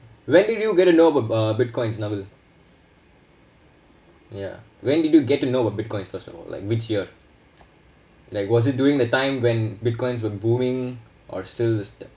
when did you get to know about uh bitcoins navel ya when did you get to know about bitcoin first of all like which year like was it during the time when bitcoins were booming or still just a